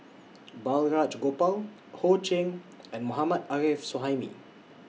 Balraj Gopal Ho Ching and Mohammad Arif Suhaimi